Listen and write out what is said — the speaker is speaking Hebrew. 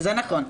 זה נכון.